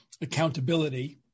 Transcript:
Accountability